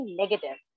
negative